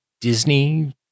Disney